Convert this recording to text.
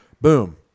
boom